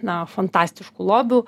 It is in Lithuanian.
na fantastiškų lobių